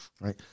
Right